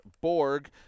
Borg